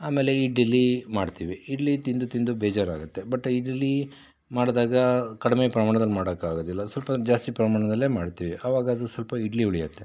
ಆಮೇಲೆ ಇಡ್ಲಿ ಮಾಡ್ತೀವಿ ಇಡ್ಲಿ ತಿಂದು ತಿಂದು ಬೇಜಾರಾಗುತ್ತೆ ಬಟ್ ಇಡ್ಲಿ ಮಾಡಿದಾಗ ಕಡಿಮೆ ಪ್ರಮಾಣದಲ್ಲಿ ಮಾಡಕ್ಕಾಗೋದಿಲ್ಲ ಸ್ವಲ್ಪ ಜಾಸ್ತಿ ಪ್ರಮಾಣದಲ್ಲೇ ಮಾಡ್ತೀವಿ ಆವಾಗದು ಸ್ವಲ್ಪ ಇಡ್ಲಿ ಉಳಿಯುತ್ತೆ